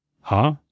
Huh